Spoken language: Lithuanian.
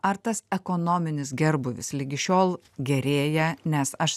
ar tas ekonominis gerbūvis ligi šiol gerėja nes aš